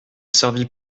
servit